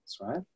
Right